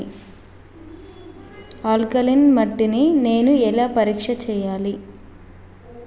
Alkaline మట్టి ని నేను ఎలా పరీక్ష చేయాలి?